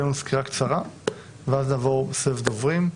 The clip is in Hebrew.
לנו סקירה קצרה ואז נעבור לסבב דוברים.